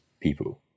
people